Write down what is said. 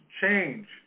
change